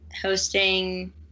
hosting